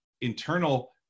internal